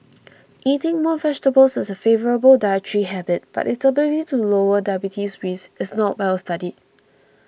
eating more vegetables is a favourable dietary habit but its ability to lower diabetes risk is not well studied